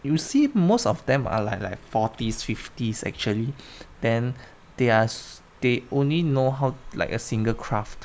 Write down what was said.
you see most of them are like like forties fifties actually then they're they only know how like a single craft